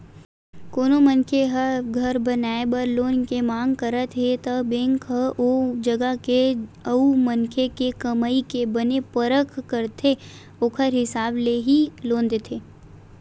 कोनो मनखे ह घर बनाए बर लोन के मांग करत हे त बेंक ह ओ जगा के अउ मनखे के कमई के बने परख करथे ओखर हिसाब ले ही लोन देथे